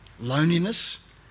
loneliness